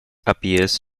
appears